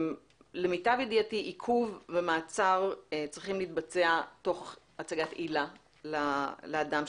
למיטב ידיעתי עיכוב ומעצר צריכים להתבצע תוך הצגת עילה לאדם.